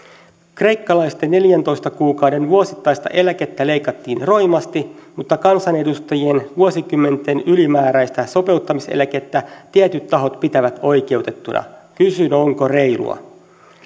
kreikkalaisten neljäntoista kuukauden vuosittaista eläkettä leikattiin roimasti mutta kansanedustajien vuosikymmenten ylimääräistä sopeuttamiseläkettä tietyt tahot pitävät oikeutettuna kysyn onko reilua